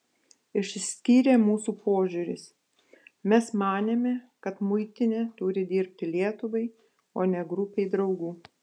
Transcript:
išsiskyrė mūsų požiūris mes manėme kad muitinė turi dirbti lietuvai o ne grupei draugų